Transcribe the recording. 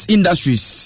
Industries